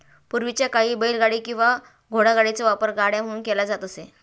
पूर्वीच्या काळी बैलगाडी किंवा घोडागाडीचा वापर गाड्या म्हणून केला जात असे